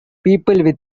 people